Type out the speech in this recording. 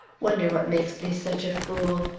wonder what makes me such a fool?